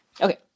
Okay